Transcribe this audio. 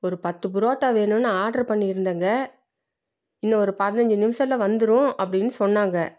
ஒரு பத்து பரோட்டா வேணுன்னு ஆர்டர் பண்ணியிருந்தேங்க இன்னும் ஒரு பதினஞ்சி நிமிஷத்துல வந்துடும் அப்படின் சொன்னாங்க